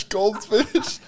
Goldfish